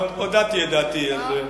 הודעתי את דעתי על זה,